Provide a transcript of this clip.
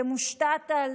שמושתת על